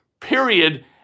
Period